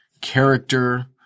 Character